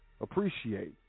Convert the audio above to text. Appreciate